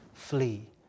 flee